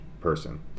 person